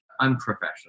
unprofessional